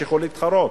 תמשיכו להתחרות,